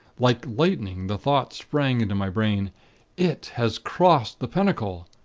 like lightning, the thought sprang into my brain it has crossed the pentacle.